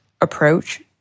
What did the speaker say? approach